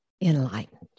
enlightened